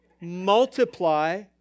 multiply